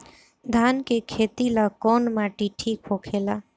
धान के खेती ला कौन माटी ठीक होखेला?